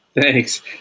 Thanks